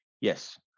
yes